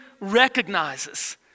recognizes